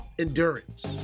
endurance